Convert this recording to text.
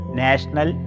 national